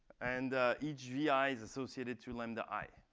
and each vi is associated to lambda i.